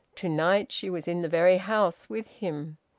to-night she was in the very house with him.